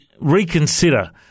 reconsider